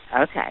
okay